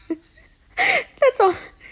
that's a~